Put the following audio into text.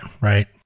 right